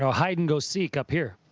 hide-and-go-seek up here,